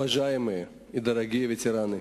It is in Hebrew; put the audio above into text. אובז'אמי דאראגיי וטראני,